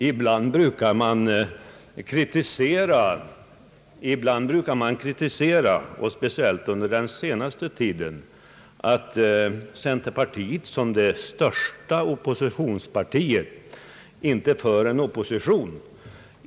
Ibland kritiserar man — speciellt under den senaste tiden — att centerpartiet som det största oppositionspartiet inte för en opposition.